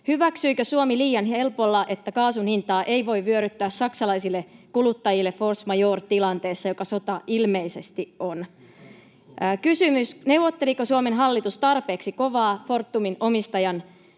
Hyväksyikö Suomi liian helpolla sen, että kaasun hintaa ei voi vyöryttää saksalaisille kuluttajille force majeure ‑tilanteessa, jollainen sota ilmeisesti on? Kysymys: Neuvotteliko Suomen hallitus tarpeeksi kovaa Fortumin omistajan